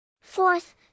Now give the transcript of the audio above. fourth